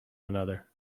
another